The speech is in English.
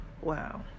wow